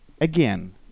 Again